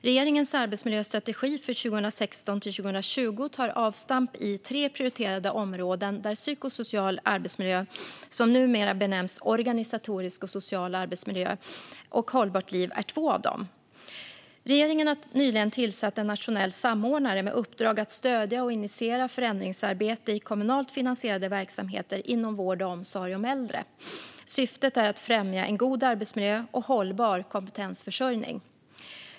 Regeringens arbetsmiljöstrategi för 2016-2020 tar avstamp i tre prioriterade områden där psykosocial arbetsmiljö, som numera benämns organisatorisk och social arbetsmiljö, och hållbart arbetsliv är två av dem. Regeringen har nyligen tillsatt en nationell samordnare med uppdrag att stödja och initiera förändringsarbete i kommunalt finansierade verksamheter inom vård och omsorg om äldre. Syftet är att främja en god arbetsmiljö och hållbar kompetensförsörjning.